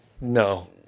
no